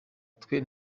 twe